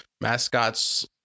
Mascots